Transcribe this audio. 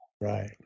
Right